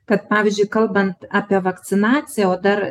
kad pavyzdžiui kalbant apie vakcinaciją o dar